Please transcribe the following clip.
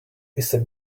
wizard